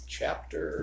chapter